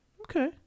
Okay